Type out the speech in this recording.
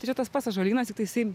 tai čia tas pats ąžuolynas tik tai jisai